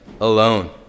alone